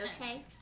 okay